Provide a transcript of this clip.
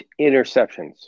interceptions